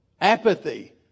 Apathy